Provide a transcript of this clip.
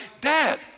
dad